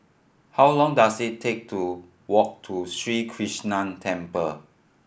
how long dose it take to walk to Sri Krishnan Temple